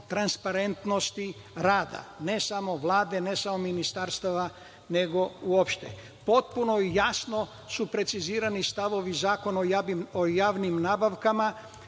transparentnosti rada, ne samo Vlade, ne samo ministarstava, nego uopšte. Potpuno jasno su precizirani stavovi Zakona o javnim nabavkama